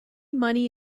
money